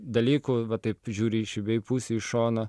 dalykų va taip žiūri iš abiejų pusių į šoną